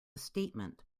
statement